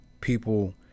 people